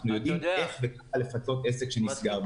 אנחנו יודעים איך לפצות עסק שנסגר.